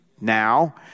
now